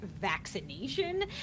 vaccination